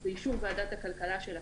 ובאישור וועדת הכלכלה של הכנסת,